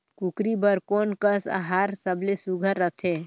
कूकरी बर कोन कस आहार सबले सुघ्घर रथे?